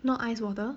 not ice water